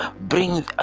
bring